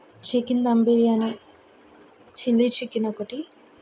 chicken dum biryani chilli chicken ఒకటి